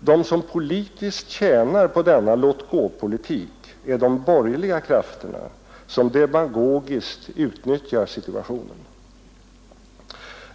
De som politiskt tjänar på denna låt-gå-politik är de borgerliga krafterna, som demagogiskt utnyttjar situationen.